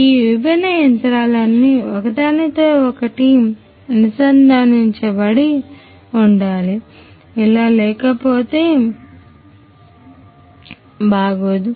ఈ విభిన్న యంత్రాలన్నీ ఒకదానితో ఒకటి అనుసంధానించబడి ఉండాలి ఇలా లేకపోతే బాగోదు